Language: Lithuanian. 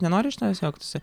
nenori iš tavęs juoktųsi